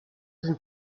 den